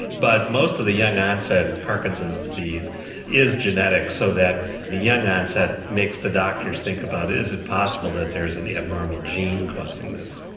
but most of the young onset parkinson's disease is genetic so that the young onset makes the doctors think about is it possible that there's an abnormal gene causing this.